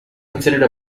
considered